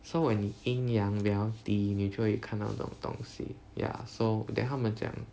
so when 你阴阳比较低你就会看到这种东西 ya so then 他们讲